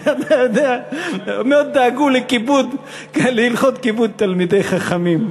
שאתה יודע, באמת דאגו להלכות כיבוד תלמידי חכמים.